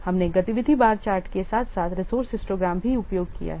हमने गतिविधि bar chart के साथ साथ रिसोर्से हिस्टोग्राम भी उपयोग किया है